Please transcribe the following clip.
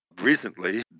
Recently